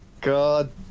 God